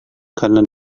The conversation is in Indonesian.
karena